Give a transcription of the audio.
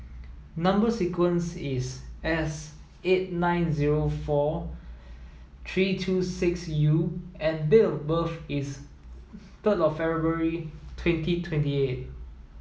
number sequence is S eight nine zero four three two six U and date of birth is third of February twenty twenty eight